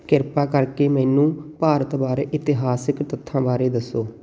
ਕਿਰਪਾ ਕਰਕੇ ਮੈਨੂੰ ਭਾਰਤ ਬਾਰੇ ਇਤਿਹਾਸਿਕ ਤੱਥਾਂ ਬਾਰੇ ਦੱਸੋ